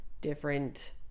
different